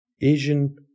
Asian